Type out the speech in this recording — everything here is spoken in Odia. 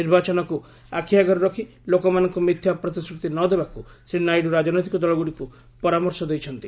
ନିର୍ବାଚନକୁ ଆଖିଆଗରେ ରଖି ଲୋକମାନଙ୍କୁ ମିଥ୍ୟା ପ୍ରତିଶ୍ରୁତି ନ ଦେବାକୁ ଶ୍ରୀ ନାଇଡୁ ରାଜନୈତିକ ଦଳଗୁଡିକୁ ପରାମର୍ଶ ଦେଇଛନ୍ତି